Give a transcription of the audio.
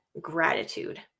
gratitude